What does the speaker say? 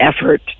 effort